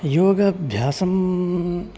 योगाभ्यासं